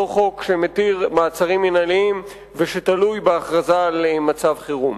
אותו חוק שמתיר מעצרים מינהליים ושתלוי בהכרזה על מצב חירום.